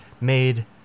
made